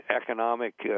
economic